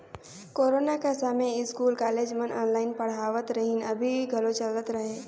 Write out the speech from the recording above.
corona कर समें school, college मन ऑनलाईन पढ़ावत रहिन, अभीं घलो चलत अहे